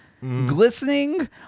Glistening